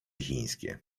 chińskie